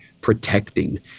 protecting